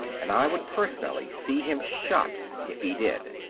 and i would personally see him shot if he did.